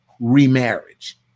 remarriage